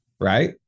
right